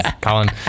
Colin